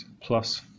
plus